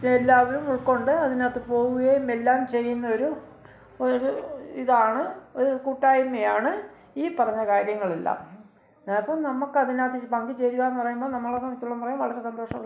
എല്ലാവരും ഉൾക്കൊണ്ട് അതിനകത്ത് പോവുകയും എല്ലാം ചെയ്യുന്നൊരു ഒരു ഇതാണ് ഒരു കൂട്ടായ്മയാണ് ഈ പറഞ്ഞ കാര്യങ്ങളെല്ലാം അപ്പോൾ നമുക്ക് അതിനകത്ത് പങ്ക് ചേരുക എന്ന് പറയുമ്പം നമ്മളത് സംബന്ധിച്ചോളം വളരെ സന്തോഷം